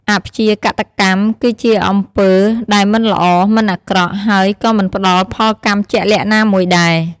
អព្យាកតកម្ម គឺជាអំពើដែលមិនល្អ មិនអាក្រក់ ហើយក៏មិនផ្តល់ផលកម្មជាក់លាក់ណាមួយដែរ។